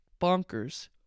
bonkers